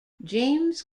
james